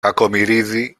κακομοιρίδη